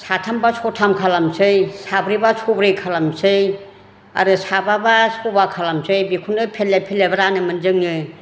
साथामबा सथाम खालामसै साब्रैबा सब्रै खालामसै आरो साबा बा सबा खालामसै बेखौनो फेरलेब फेरलेब रानोमोन जोङो